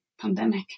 pandemic